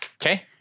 Okay